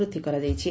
ବୃଦ୍ଧି କରାଯାଇଛି